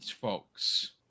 folks